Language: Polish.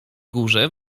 górze